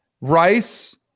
rice